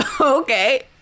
Okay